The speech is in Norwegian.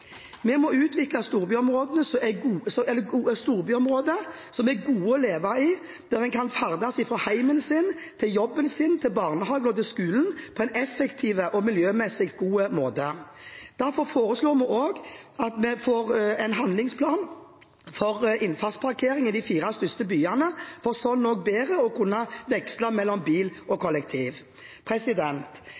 Vi må utvikle storbyområder som er gode å leve i, og der man kan ferdes fra heimen sin til jobben, til barnehagen og til skolen på en effektiv og miljømessig god måte. Derfor foreslår vi også at vi får en handlingsplan for innfartsparkering i de fire største byene, for slik bedre å kunne veksle mellom bil og